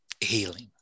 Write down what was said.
healing